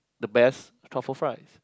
the best truffle fries